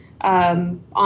On